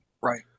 Right